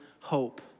hope